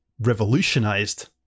revolutionized